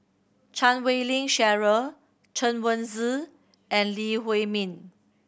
Chan Wei Ling Cheryl Chen Wen Hsi and Lee Huei Min